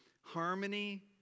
Harmony